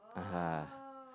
(uh uhu)